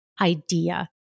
idea